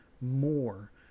more